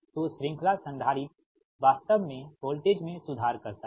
तो श्रृंखला संधारित्र वास्तव में वोल्टेज मैं सुधार करता है